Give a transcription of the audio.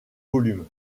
volumes